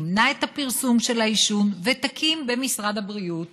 תמנע את הפרסום של העישון ותקים במשרד הבריאות